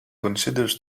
considers